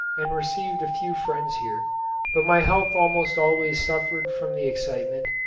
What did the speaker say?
and received a few friends here but my health almost always suffered from the excitement,